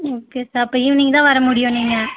okay sir அப்போ evening தான் வர முடியும் நீங்கள்